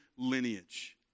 lineage